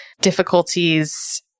difficulties